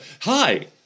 hi